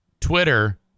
Twitter